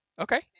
Okay